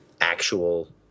actual